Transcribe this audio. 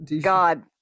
God